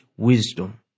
wisdom